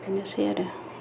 बिदिनोसै आरो